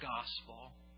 gospel